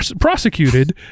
prosecuted